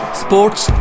sports